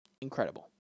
Incredible